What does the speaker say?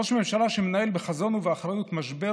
ראש ממשלה שמנהל בחזון ובאחריות משבר